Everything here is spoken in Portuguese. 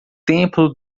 templo